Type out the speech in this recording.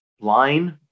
line